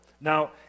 Now